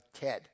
Ted